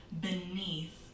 beneath